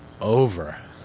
over